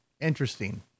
Interesting